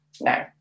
no